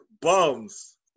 bums